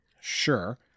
Sure